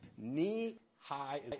Knee-high